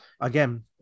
Again